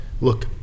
Look